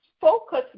focus